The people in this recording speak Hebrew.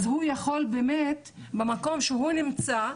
אז הוא יכול באמת במקום שהוא נמצא,